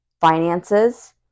finances